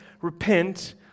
repent